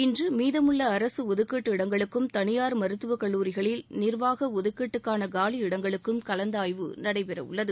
இன்று மீதமுள்ள அரசு ஒதுக்கீட்டு இடங்களுக்கும் தனியார் மருத்துவக் கல்லூரிகளில் நிர்வாக ஒதுக்கீட்டுக்கான காலியிடங்களுக்கும் கலந்தாய்வு நடைபெறவுள்ளது